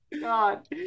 God